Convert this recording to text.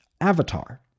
avatar